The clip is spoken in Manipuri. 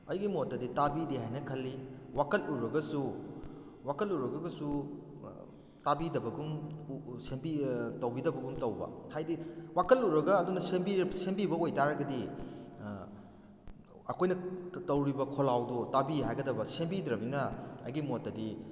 ꯑꯩꯒꯤ ꯃꯣꯠꯇꯗꯤ ꯇꯥꯕꯤꯗꯦ ꯍꯥꯏꯅ ꯈꯜꯂꯤ ꯋꯥꯀꯠꯂꯨꯔꯒꯁꯨ ꯋꯥꯀꯠꯂꯨꯔꯒꯁꯨ ꯇꯥꯕꯤꯗꯕꯒꯨꯝ ꯇꯧꯕꯤꯗꯕꯒꯨꯝ ꯇꯧꯕ ꯍꯥꯏꯕꯗꯤ ꯋꯥꯀꯠꯂꯨꯔꯒ ꯑꯗꯨꯅ ꯁꯦꯝꯕꯤꯕ ꯑꯣꯏꯕ ꯇꯥꯔꯒꯗꯤ ꯑꯩꯈꯣꯏꯅ ꯇꯧꯔꯤꯕ ꯈꯣꯜꯂꯥꯎꯗꯣ ꯇꯥꯕꯤ ꯍꯥꯏꯒꯗꯕ ꯁꯦꯝꯕꯤꯗ꯭ꯔꯃꯤꯅ ꯑꯩꯒꯤ ꯃꯣꯠꯇꯗꯤ